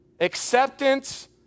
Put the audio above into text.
acceptance